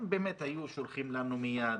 אם באמת היו שולחים לנו מייד,